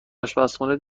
اشپزخونه